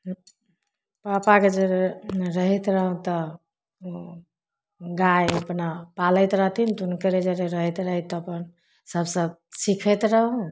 पापा के जोरे जे रहैत रहब तऽ ओ गाय अपना पालैत रहथिन तऽ हुनकरे जरे रहैत रहैत अपन सभसँ सिखैत रहु